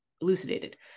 elucidated